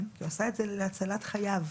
הוא עשה את זה להצלת חייו.